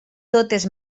totes